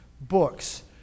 books